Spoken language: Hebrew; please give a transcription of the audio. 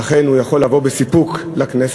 ולכן הוא יכול לבוא בסיפוק לכנסת.